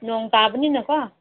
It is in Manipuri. ꯅꯣꯡ ꯇꯥꯕꯅꯤꯅꯀꯣ